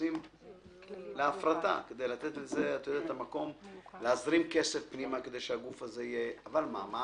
יוצאים להפרטה כדי להזרים כסף פנימה כדי שהגוף יהיה אבל מה?